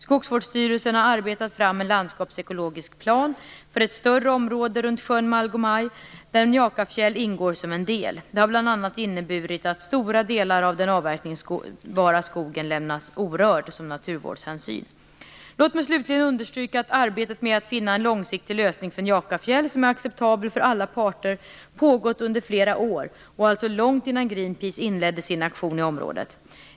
Skogsvårdsstyrelsen har arbetat fram en landskapsekologisk plan för ett större område runt sjön Malgomaj, där Njakafjäll ingår som en del. Det har bl.a. inneburit att stora delar av den avverkningsbara skogen lämnats orörd som naturvårdshänsyn. Låt mig slutligen understryka att arbetet med att finna en långsiktig lösning för Njakafjäll som är acceptabel för alla parter pågått under flera år, och alltså långt innan Greenpeace inledde sin aktion i området.